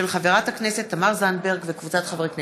של חברת הכנסת תמר זנדברג וקבוצת חברי הכנסת.